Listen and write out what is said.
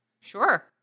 Sure